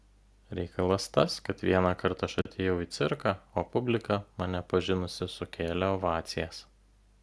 reikalas tas kad vienąkart aš atėjau į cirką o publika mane pažinusi sukėlė ovacijas